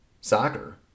soccer